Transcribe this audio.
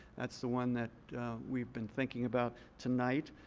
that's the one that we've been thinking about tonight.